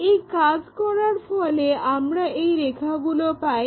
এই কাজ করার ফলে আমরা এই রেখাগুলো পাই